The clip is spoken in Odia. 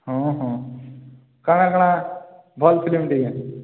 ହଁ ହଁ କାଣା କାଣା ଭଲ୍ ଫିଲିମ୍ଟେ କେଁ